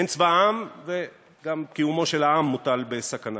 אין צבא העם, וגם קיומו של העם מוטל בסכנה.